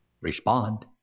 respond